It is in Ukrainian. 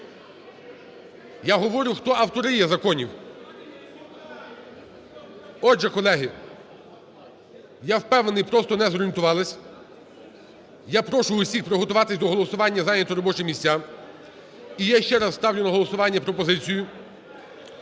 Я говорю, хто автори є законів. Отже, колеги, я впевнений, просто не зорієнтувались. Я прошу усіх приготуватись до голосування і зайняти робочі місця. І я ще раз ставлю на голосування пропозицію